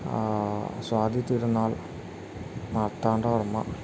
Swathi Thirunal Marthanda Varma